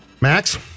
Max